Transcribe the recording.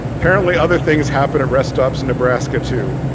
apparently other things happen at rest stops in nebraska too.